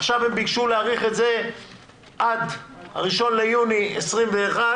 עכשיו הם ביקשו להאריך את זה עד 1 ביוני 2021,